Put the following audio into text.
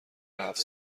هفت